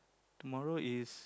tomorrow is